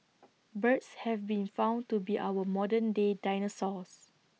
birds have been found to be our modern day dinosaurs